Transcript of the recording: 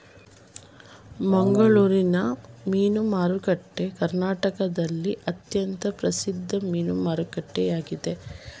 ಮಂಗಳೂರಿನ ಮೀನು ಮಾರುಕಟ್ಟೆಯು ಕರ್ನಾಟಕದಲ್ಲಿ ಅತ್ಯಂತ ಪ್ರಸಿದ್ಧ ಮೀನು ಮಾರುಕಟ್ಟೆಯಾಗಿದೆ